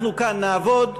אנחנו כאן נעבוד,